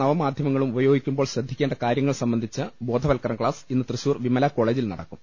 നവ മാധ്യമങ്ങളും ഉപയോഗിക്കുമ്പോൾ ശ്രദ്ധിക്കേണ്ട കാര്യങ്ങൾ സംബന്ധിച്ച ബോധവൽക്കരണ ക്ലാസ് ഇന്ന് തൃശൂർ വിമല്ല കോളേജിൽ നടക്കും